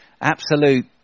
absolute